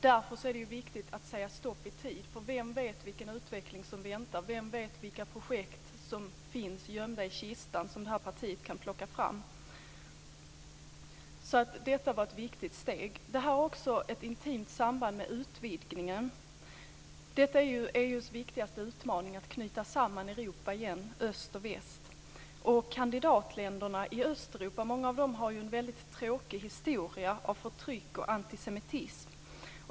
Därför är det viktigt att säga stopp i tid, för vem vet vilken utveckling som väntar, vilka projekt som finns gömda i kistan och som det här partiet kan plocka fram, så detta var ett viktigt steg. Det har också ett intimt samband med utvidgningen. Det är ju EU:s viktigaste utmaning att knyta samman Europa, öst och väst, igen. Många av kandidatländerna i Östeuropa har ju en tråkig historia av förtryck och antisemitism.